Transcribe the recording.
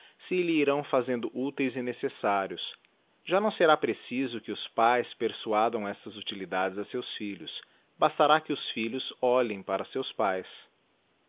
se lhe irão ftendo úteis e necessários já não será preciso que oê fúb persuadam estas utilidades a seus filhos bastará que os filhos olhem para seus pães